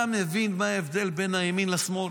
אתה מבין מה ההבדל בין הימין לשמאל?